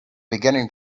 beginning